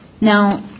Now